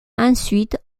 ensuite